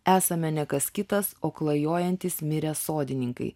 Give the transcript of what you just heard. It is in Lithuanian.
esame ne kas kitas o klajojantys mirę sodininkai